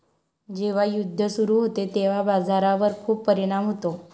जेव्हा युद्ध सुरू होते तेव्हा बाजारावर खूप परिणाम होतो